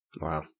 Wow